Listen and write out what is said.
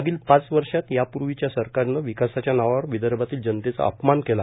मागील पाच वर्षात या पुर्वीच्या सरकारनं विकासाच्या नावावर विदर्भातील जनतेचा अपमान केला